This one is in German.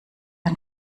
ein